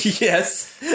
Yes